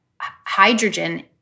hydrogen